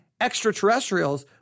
extraterrestrials